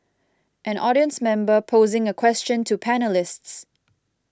an audience member posing a question to panellists